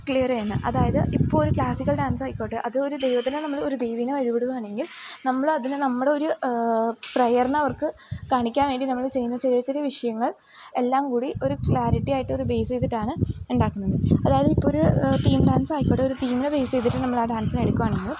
clear ചെയ്യുന്നത് അതായത് ഇപ്പോൾ ഒരു ക്ലാസിക്കൽ ഡാൻസായിക്കോട്ടെ അത് ഒരു ദൈവത്തിനെ നമ്മൾ ഒരു ദൈവത്തിനെ ഉരുവിടുകയാണെങ്കിൽ നമ്മൾ അതിനെ നമ്മുടെ ഒരു പ്രയറിനെ അവർക്ക് കാണിക്കാൻ വേണ്ടി നമ്മൾ ചെയ്യുന്ന ചെറിയ ചെറിയ വിഷയങ്ങൾ എല്ലാം കൂടി ഒരു ക്ലാരിറ്റിയായിട്ട് ഒരു ബേസ് ചെയ്തിട്ടാണ് ഉണ്ടാക്കുന്നത് അതായത് ഇപ്പോൾ ഒരു തീം ഡാൻസ് ആയിക്കോട്ടെ ഒരു തീമിനെ ബേസ് ചെയ്തിട്ട് നമ്മൾ ആ ഡാൻസിനെ എടുക്കുകയാണെങ്കിൽ